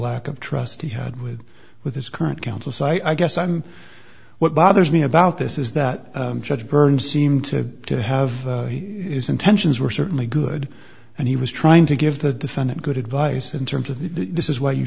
lack of trust he had with with his current counsel so i guess i'm what bothers me about this is that judge burton seemed to to have intention were certainly good and he was trying to give the defendant good advice in terms of this is why you